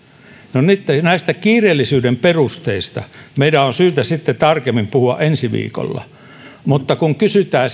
no nyt näistä kiireellisyyden perusteista meidän on syytä sitten tarkemmin puhua ensi viikolla mutta kun kysytään